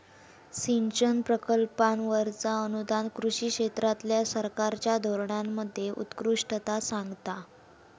सिंचन प्रकल्पांवरचा अनुदान कृषी क्षेत्रातल्या सरकारच्या धोरणांमध्ये उत्कृष्टता सांगता